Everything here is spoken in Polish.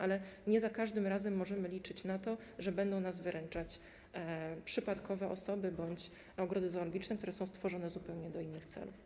Ale nie za każdym razem możemy liczyć na to, że będą nas wyręczać przypadkowe osoby bądź ogrody zoologiczne, które są stworzone zupełnie do innych celów.